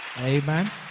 amen